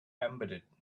embedded